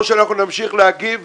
או שאנחנו נמשיך להגיב,